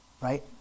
Right